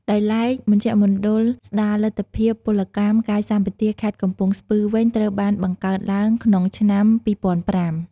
ដោយឡែក មជ្ឈមណ្ឌលស្ដារលទ្ធភាពពលកម្មកាយសម្បទាខេត្តកំពង់ស្ពឺវិញ ត្រូវបានបង្កើតឡើងក្នុងឆ្នាំ ២០០៥។